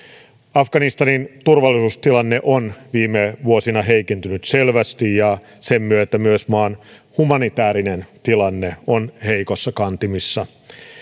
afganistanin turvallisuustilanne on viime vuosina heikentynyt selvästi ja sen myötä myös maan humanitäärinen tilanne on heikoissa kantimissa